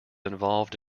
involved